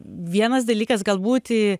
vienas dalykas gal būti